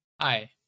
Hi